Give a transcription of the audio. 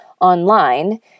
online